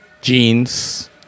jeans